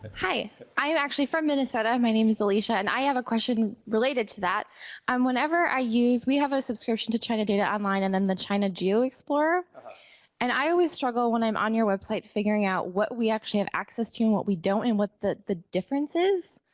hi i am actually from minnesota my name is alicia and i have a question related to that and um whenever i use we have a subscription to china data online and then the china geo explorer and i always struggle when i'm on your website figuring out what we actually have access to and what we don't and what the the difference is